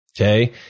Okay